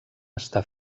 està